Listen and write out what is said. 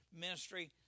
ministry